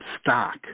stock